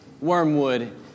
wormwood